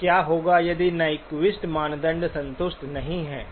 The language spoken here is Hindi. क्या होगा यदि नाइक्वेस्ट मानदंड संतुष्ट नहीं है